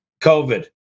COVID